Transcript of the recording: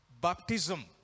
baptism